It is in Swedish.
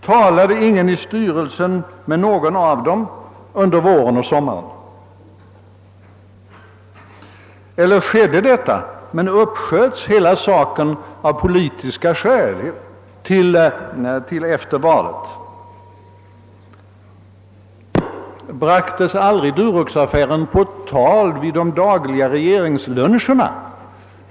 Talade ingen av styrelsen med någon av dem under våren och sommaren, eller uppsköts hela saken av politiska skäl till efter valet? Bragtes aldrig Duroxaffären på tal vid de dagliga regeringsluncherna?